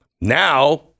Now